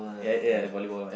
ya ya the volleyball one